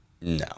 No